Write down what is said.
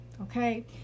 okay